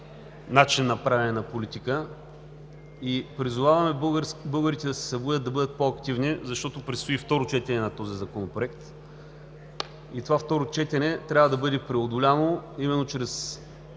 начин на правене на политика. Призоваваме българите да се събудят, да бъдат по-активни, защото предстои второ четене на този законопроект. Това второ четене трябва да бъде преодоляно именно чрез